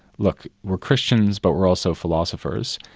look, we're christians, but we're also philosophers,